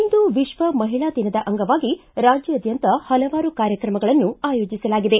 ಇಂದು ವಿಶ್ವ ಮಹಿಳಾ ದಿನದ ಅಂಗವಾಗಿ ರಾಜ್ಯಾದ್ಯಂತ ಹಲವಾರು ಕಾರ್ಯಕ್ರಮಗಳನ್ನು ಆಯೋಜಿಸಲಾಗಿದೆ